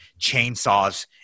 chainsaws